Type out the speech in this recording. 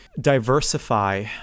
diversify